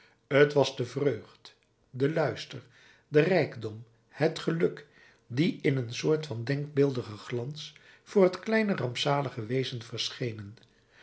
t was de vreugd de luister de rijkdom het geluk die in een soort van denkbeeldigen glans voor het kleine rampzalige wezen